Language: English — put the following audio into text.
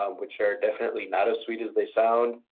um which are definitely not as sweet as they sound.